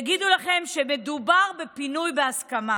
יגידו לכם שמדובר בפינוי בהסכמה,